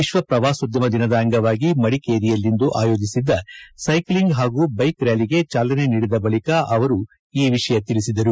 ವಿಶ್ವಪ್ರವಾಸೋದ್ಯಮ ದಿನದ ಅಂಗವಾಗಿ ಮಡಿಕೇರಿಯಲ್ಲಿಂದು ಆಯೋಜಿಸಿದ್ದ ಸೈಕಲಿಂಗ್ ಹಾಗೂ ಬೈಕ್ ರ್್ಯಾಲಿಗೆ ಚಾಲನೆ ನೀಡಿದ ಬಳಿಕ ಅವರು ಈ ವಿಷಯ ತಿಳಿಸಿದರು